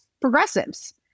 progressives